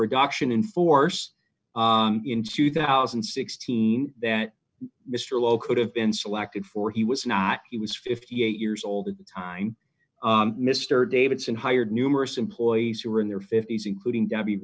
reduction in force in two thousand and sixteen that mr lowe could have been selected for he was not he was fifty eight years old at the time mr davidson hired numerous employees who are in their fifty's including debbie